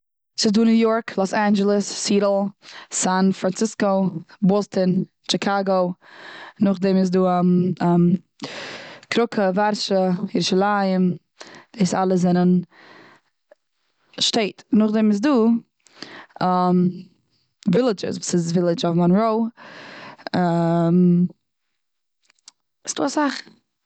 ס'דא ניו יארק, לאס אנדזשלעס, סיעטעל, סאן פראנסיסקאו, באסטאן, טשיקאגא. נאכדעם איז דא קראקע, ווארשע, ירושלים, דאס אלעס זענען שטעט. נאכדעם איז דא ווילידזשעס. וואס איז ווילידזש אויף מאנראו, ס'דא אסאך.